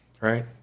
right